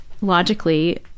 logically